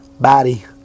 body